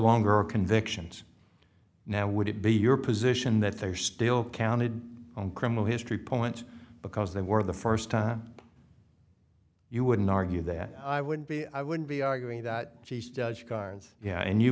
longer convictions now would it be your position that they are still counted on criminal history points because they were the first time you wouldn't argue that i would be i would be arguing that she's judge barnes yeah and you